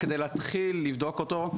רק כדי להתחיל לבדוק אותו,